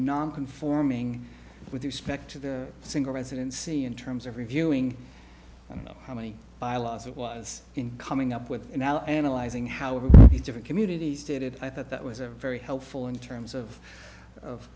non conforming with respect to the single residency in terms of reviewing you know how many bylaws it was in coming up with and now analyzing how it would be different communities did it i thought that was a very helpful in terms of of